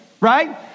right